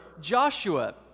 Joshua